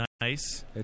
Nice